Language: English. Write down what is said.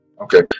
Okay